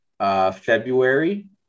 February